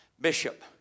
bishop